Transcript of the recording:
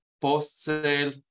post-sale